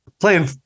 Playing